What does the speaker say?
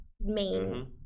main